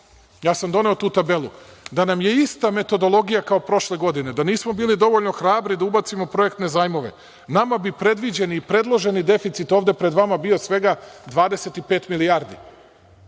ja sam doneo tu tabelu, kao prošle godine, da nismo bili dovoljno hrabri da ubacimo projektne zajmove, nama bi predviđeni i predloženi deficit ovde pred vama bio svega 25 milijardi. Dakle,